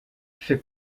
fait